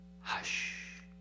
hush